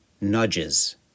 nudges